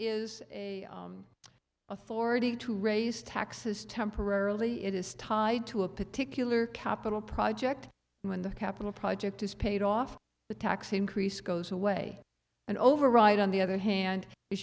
authority to raise taxes temporarily it is tied to a particular capital project when the capital project is paid off the tax increase goes away and override on the other hand i